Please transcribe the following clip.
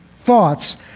thoughts